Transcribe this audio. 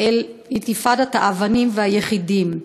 אל אינתיפאדת האבנים והיחידים.